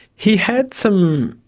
he had some,